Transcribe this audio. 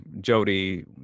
Jody